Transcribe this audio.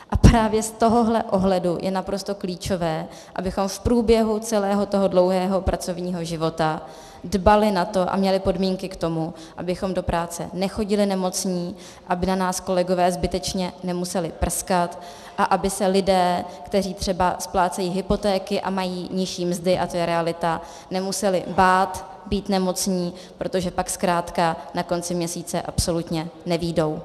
A právě z tohohle pohledu je naprosto klíčové, abychom v průběhu celého toho dlouhého pracovního života dbali na to a měli podmínky k tomu, abychom do práce nechodili nemocní, aby na nás kolegové zbytečně nemuseli prskat a aby se lidé, kteří třeba splácejí hypotéky a mají nižší mzdy, a to je realita, nemuseli bát být nemocní, protože pak zkrátka na konci měsíce absolutně nevyjdou.